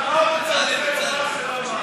מה עוד אתה רוצה לומר שלא אמרת?